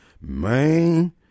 Man